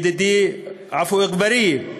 ידידי עפו אגבאריה,